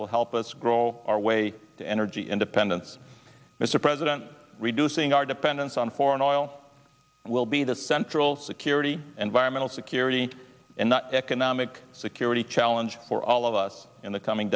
will help us grow our way to energy independence mr president reducing our dependence on foreign oil will be the central security environmental security and economic security challenge for all of us in the coming